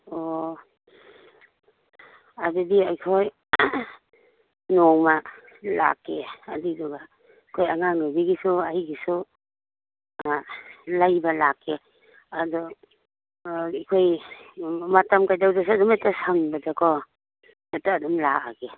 ꯑꯣ ꯑꯗꯨꯗꯤ ꯑꯩꯈꯣꯏ ꯅꯣꯡꯃ ꯂꯥꯛꯀꯦ ꯑꯗꯨꯏꯗꯨꯒ ꯑꯩꯈꯣꯏ ꯑꯉꯥꯡ ꯅꯨꯄꯤꯒꯤꯁꯨ ꯑꯩꯒꯤꯁꯨ ꯂꯩꯕ ꯂꯥꯛꯀꯦ ꯑꯗꯨ ꯑꯩꯈꯣꯏ ꯃꯇꯝ ꯀꯩꯗꯧꯗ꯭ꯔꯁꯨ ꯑꯗꯨꯝ ꯍꯦꯛꯇ ꯁꯪꯕꯗꯀꯣ ꯍꯦꯛꯇ ꯑꯗꯨꯝ ꯂꯥꯛꯑꯒꯦ